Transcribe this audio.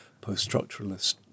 post-structuralist